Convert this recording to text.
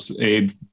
aid